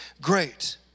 great